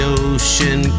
ocean